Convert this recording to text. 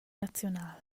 naziunal